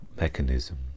mechanism